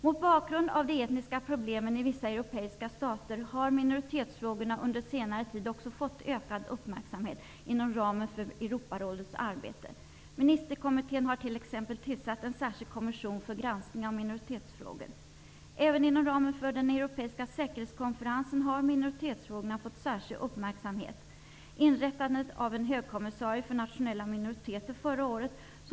Mot bakgrund av de etniska problemen i vissa europeiska stater har minoritetsfrågorna under senare tid också fått ökad uppmärksamhet inom ramen för Europarådets arbete. Ministerkommittén har t.ex. tillsatt en särskild kommission för granskning av minoritetsfrågor. Även inom ramen för den europeiska säkerhetskonferensen har minoritetsfrågorna fått särskild uppmärksamhet. Inrättandet av en högkommissarie för nationella minoriteter förra året är ett bevis på detta.